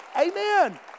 Amen